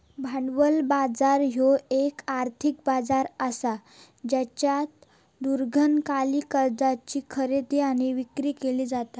भांडवल बाजार ह्यो येक आर्थिक बाजार असा ज्येच्यात दीर्घकालीन कर्जाची खरेदी आणि विक्री केली जाता